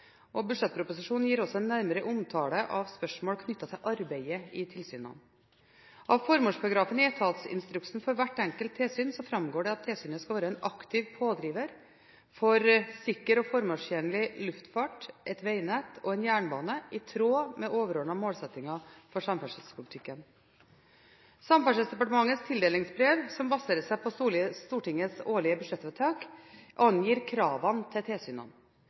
Budsjettproposisjonen gir også en nærmere omtale av spørsmål knyttet til arbeidet i tilsynene. Av formålsparagrafen i etatsinstruksen for hvert enkelt tilsyn framgår det at tilsynet skal være en aktiv pådriver for en sikker og formålstjenlig luftfart, et vegnett og en jernbane, i tråd med overordnede målsettinger for samferdselspolitikken. Samferdselsdepartementets tildelingsbrev, som baserer seg på Stortingets årlige budsjettvedtak, angir kravene til tilsynene.